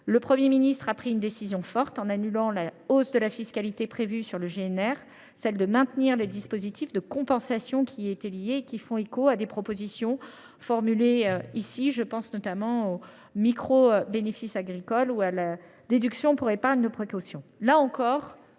Le Premier ministre a pris une décision forte en annulant la hausse de la fiscalité prévue sur le GNR : celle de maintenir les dispositifs de compensation qui y étaient liés. Ceux ci font écho à des propositions formulées ici même, comme le régime du microbénéfice agricole ou la déduction pour épargne de précaution.